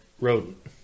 rodent